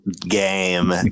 game